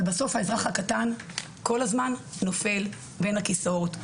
אבל בסוף האזרח הקטן כל הזמן נופל בין הכיסאות,